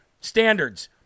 standards